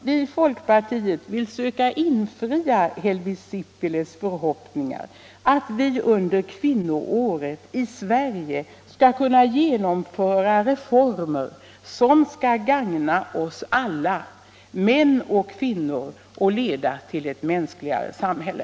Vi i folkpartiet vill söka infria Helvi Sipiläs förhoppningar att vi under kvinnoåret i Sverige skall kunna genomföra reformer som kommer att gagna oss alla — män och kvinnor — och leda till ett mänskligare samhälle.